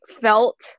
felt